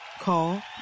Call